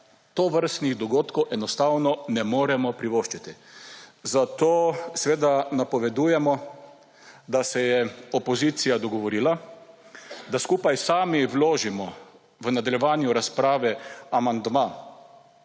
tovrstnih dogodkov enostavno ne moremo privoščiti, zato napovedujemo, da se je opozicija dogovorila, da skupaj sami vložimo v nadaljevanju razprave amandma,